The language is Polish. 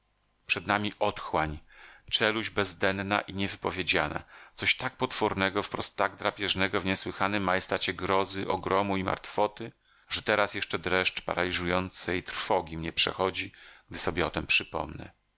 przed nami otchłań czeluść bezdenna i niewypowiedziana coś tak potwornego wprost tak drapieżnego w niesłychanym majestacie grozy ogromu i martwoty że teraz jeszcze dreszcz paraliżującej trwogi mnie przechodzi gdy sobie o tem przypomnę